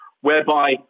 whereby